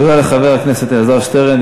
תודה לחבר הכנסת אלעזר שטרן.